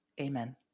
Amen